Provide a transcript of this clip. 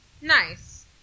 Nice